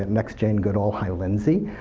next jane goodall, hi lindsay.